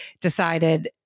decided